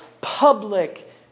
public